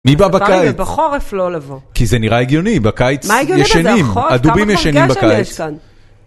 מי בא בקיץ? בחורף לא לבוא. כי זה נראה הגיוני, בקיץ ישנים, הדובים ישנים בקיץ.